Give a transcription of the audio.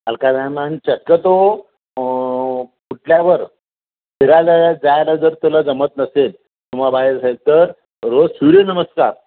हलका व्यायाम आणि शक्यतो उठल्यावर फिरायला जायला जर तुला जमत नसेल किंवा बाहेर असेल तर रोज सूर्यनमस्कार